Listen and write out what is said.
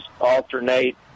alternate